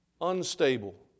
unstable